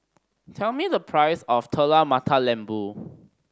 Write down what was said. tell me the price of Telur Mata Lembu